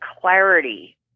clarity